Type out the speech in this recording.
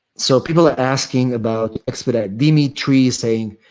so, people are asking about expedite. dimitri is saying,